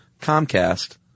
Comcast